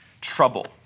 trouble